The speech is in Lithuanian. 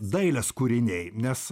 dailės kūriniai nes